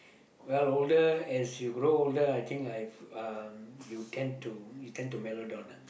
well older as you grow older I think I've um you tend to you tend to mellow down ah